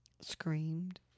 Screamed